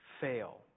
fail